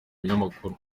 binyamakuru